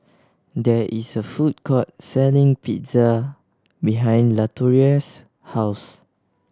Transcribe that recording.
there is a food court selling Pizza behind Latoria's house